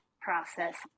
process